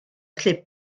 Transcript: allu